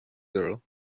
girl